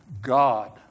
God